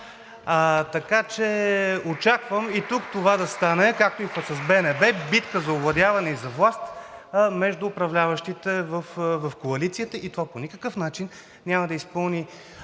Така че очаквам и тук това да стане, както и с БНБ – битка за овладяване и власт между управляващите в коалицията. Това по никакъв начин няма да изпълни